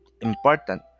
important